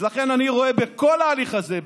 לכן אני רואה בכל ההליך הזה,